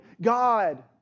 God